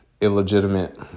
Illegitimate